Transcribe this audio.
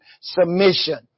submission